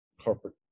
corporate